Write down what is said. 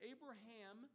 Abraham